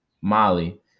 Molly